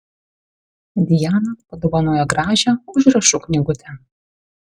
dijana padovanojo gražią užrašų knygutę